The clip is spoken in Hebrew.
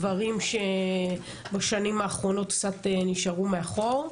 דברים שבשנים האחרונות נשארו מאחור.